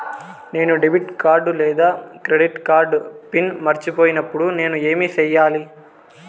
నేను debit card లేదా credit card PIN మర్చిపోయినప్పుడు నేను ఏమి సెయ్యాలి?